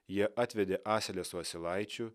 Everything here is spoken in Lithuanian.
jie atvedė asilę su asilaičiu